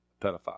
Pedophile